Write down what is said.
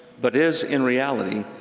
but is, in reality,